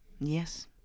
yes